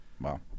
Wow